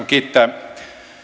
kiittää